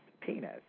penis